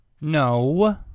No